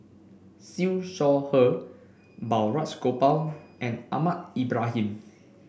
Siew Shaw Her Balraj Gopal and Ahmad Ibrahim